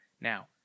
Now